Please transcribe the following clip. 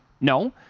No